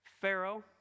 Pharaoh